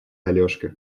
алешка